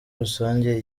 rusange